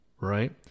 right